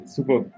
Super